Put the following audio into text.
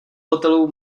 hotelu